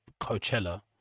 Coachella